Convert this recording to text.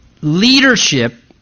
leadership